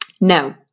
No